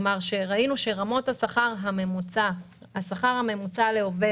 ראינו שרמות השכר הממוצע לעובד,